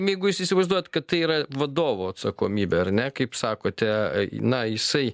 jeigu jūs įsivaizduojat kad tai yra vadovo atsakomybė ar ne kaip sakote na jisai